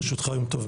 ברשותך יום טוב,